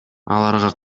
аларга